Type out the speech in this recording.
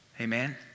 Amen